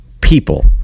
people